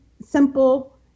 simple